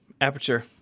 Aperture